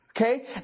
Okay